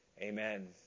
amen